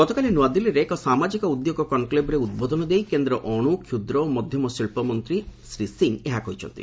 ଗତକାଲି ନୂଆଦିଲ୍ଲୀରେ ଏକ ସାମାଜିକ ଉଦ୍ୟୋଗ କନ୍କ୍ଲେଭ୍ରେ ଉଦ୍ବୋଧନ ଦେଇ କେନ୍ଦ୍ର ଅଣୁ କ୍ଷୁଦ୍ର ଓ ମଧ୍ୟମ ଶିଳ୍ପମନ୍ତ୍ରୀ ଶ୍ରୀ ସିଂ ଏହା କହିଛନ୍ତି